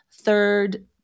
third